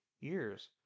years